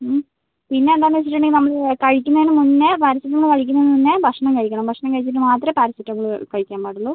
മ് പിന്നെ എന്താണെന്ന് വെച്ചിട്ടുണ്ടെങ്കിൽ നമ്മൾ കഴിക്കുന്നതിന് മുന്നെ പാരസെറ്റമോൾ കഴിക്കുന്നതിന് മുന്നെ ഭക്ഷണം കഴിക്കണം ഭക്ഷണം കഴിച്ചിട്ട് മാത്രമേ പാരസെറ്റമോൾ കഴിക്കാൻ പാടുള്ളൂ